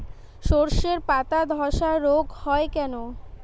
শর্ষের পাতাধসা রোগ হয় কেন?